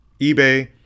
eBay